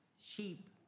sheep